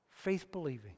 faith-believing